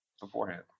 beforehand